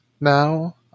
now